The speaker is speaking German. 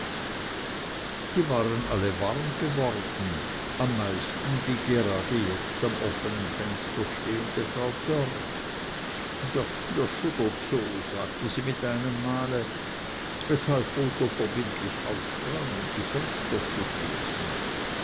sie waren alle warm geworden am meisten die gerade jetzt am offenen fenster stehende frau dörr jott mir schuddert so sagte sie mit einem male weshalb botho verbindlich aufsprang um die fenster zu schließen